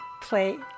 play